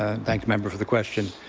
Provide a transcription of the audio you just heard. i thank the member for the question.